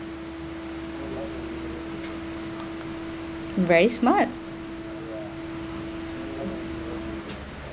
very smart